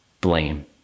blame